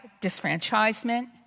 disfranchisement